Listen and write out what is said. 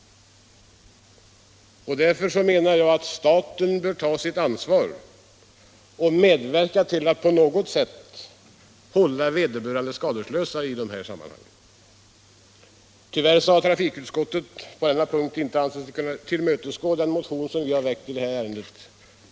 Därför menar jag att staten bör ta sitt ansvar och medverka till att hålla dessa människor skadeslösa. Tyvärr har trafikutskottet på denna punkt inte ansett sig kunna tillmötesgå vår motion, nr 202, i detta ärende.